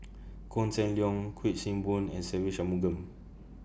Koh Seng Leong Kuik Swee Boon and Se Ve Shanmugam